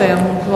החינוך,